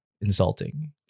insulting